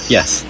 Yes